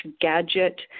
gadget